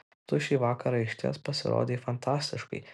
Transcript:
tu šį vakarą išties pasirodei fantastiškai